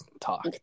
talk